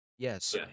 Yes